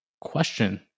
question